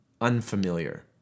unfamiliar